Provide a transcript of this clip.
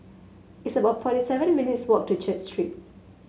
it's about forty seven minutes' walk to Church Street